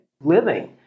living